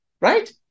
right